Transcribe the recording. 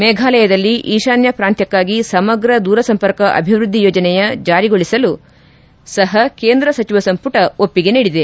ಮೇಘಾಲಯದಲ್ಲಿ ಈಶಾನ್ಯ ಪ್ರಾಂತ್ಯಕ್ಕಾಗಿ ಸಮಗ್ರ ದೂರಸಂಪರ್ಕ ಅಭಿವೃದ್ದಿ ಯೋಜನೆಯ ಜಾರಿಗೊಳಿಸಲು ಸಪ ಕೇಂದ್ರ ಸಚಿವ ಸಂಪುಟ ಒಪ್ಪಿಗೆ ನೀಡಿದೆ